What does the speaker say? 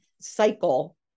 cycle